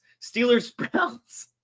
Steelers-Browns